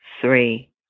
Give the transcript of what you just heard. three